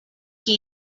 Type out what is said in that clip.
qui